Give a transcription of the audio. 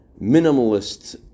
minimalist